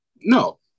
No